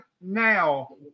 now